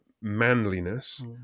manliness